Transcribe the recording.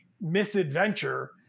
misadventure